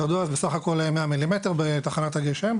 ירדו אז בסך הכל כ-100 מילימטר בתחנת הגשם,